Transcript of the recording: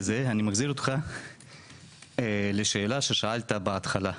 הזה אני מחזיר אותך לשאלה ששאלת בהתחלה,